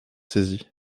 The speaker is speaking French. saisis